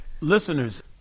Listeners